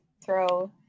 throw